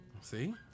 See